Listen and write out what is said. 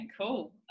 cool